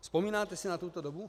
Vzpomínáte si na tuto dobu?